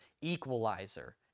equalizer